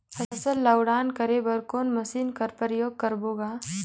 फसल ल उड़ान करे बर कोन मशीन कर प्रयोग करबो ग?